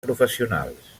professionals